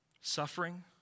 Suffering